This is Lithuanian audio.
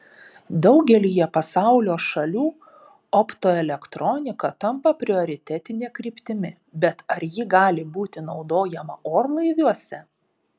daugelyje pasaulio šalių optoelektronika tampa prioritetine kryptimi bet ar ji gali būti naudojama orlaiviuose